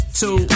two